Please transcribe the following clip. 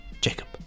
Jacob